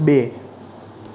બે